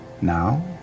now